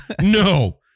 No